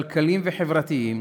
כלכליים וחברתיים